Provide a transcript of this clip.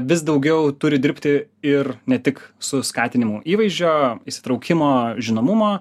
vis daugiau turi dirbti ir ne tik su skatinimu įvaizdžio įsitraukimo žinomumo